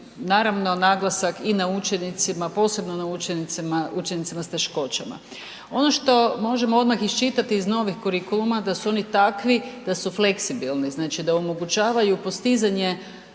naravno naglasak i na učenicima, posebno na učenicima s teškoćama. Ono što možemo odmah iščitati iz novih kurikuluma da su oni takvi, da su fleksibilni, znači da omogućavaju postizanje